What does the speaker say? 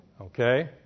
okay